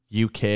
UK